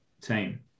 team